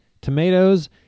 tomatoes